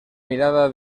mirada